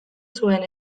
zuen